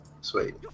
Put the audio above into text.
Sweet